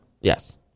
Yes